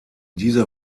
dieser